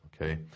okay